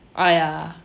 oh ya